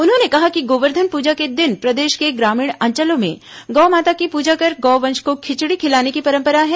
उन्होंने कहा कि गोवर्धन पूजा के दिन प्रदेश के ग्रामीण अंचलों में गौ माता की पूजा कर गौवंश को खिचड़ी खिलाने की परंपरा है